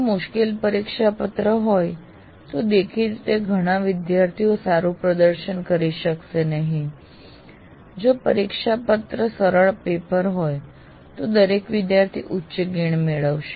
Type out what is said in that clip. જો મુશ્કેલ પરીક્ષાપત્ર હોય તો દેખીતી રીતે ઘણા વિદ્યાર્થીઓ સારું પ્રદર્શન કરી શકશે નહીં જો પરીક્ષાપત્ર સરળ પેપર હોય તો દરેક વિદ્યાર્થી ઉચ્ચ ગુણ મેળવશે